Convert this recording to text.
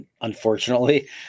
unfortunately